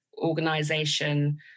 Organization